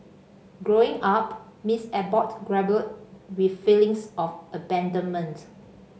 Growing Up Miss Abbott grappled with feelings of abandonment